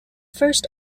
first